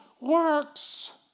works